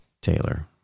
Taylor